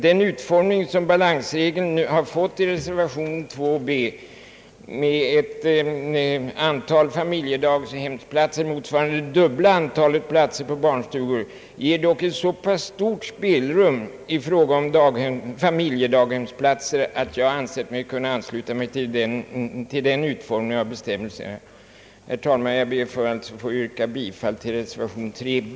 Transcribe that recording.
Den utformning som balansregeln nu har fått i reservation b, med ett antal familjedaghemsplatser motsvarande det dubbla antalet barnstugeplatser, ger dock ett så pass stort spelrum i fråga om familjedaghemsplatser att jag ansett mig kunna ansluta mig till en sådan utformning av bestämmelserna. Jag ber, herr talman, att få yrka bifall till reservation b.